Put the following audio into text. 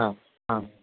हां हां